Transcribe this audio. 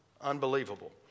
Unbelievable